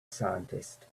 scientist